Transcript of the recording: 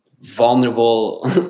vulnerable